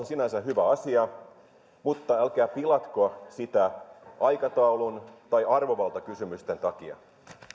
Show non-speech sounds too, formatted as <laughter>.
<unintelligible> sinänsä hyvä asia mutta älkää pilatko sitä aikataulun tai arvovaltakysymysten takia